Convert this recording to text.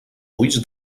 ulls